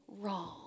wrong